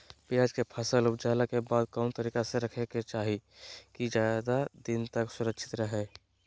प्याज के फसल ऊपजला के बाद कौन तरीका से रखे के चाही की ज्यादा दिन तक सुरक्षित रहय?